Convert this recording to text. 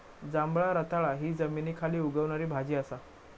जांभळा रताळा हि जमनीखाली उगवणारी भाजी असा